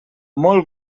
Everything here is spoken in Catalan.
molt